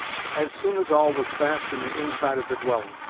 as soon as all was fast in the inside of the dwelling,